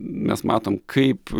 mes matom kaip